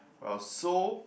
well so